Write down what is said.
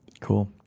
Cool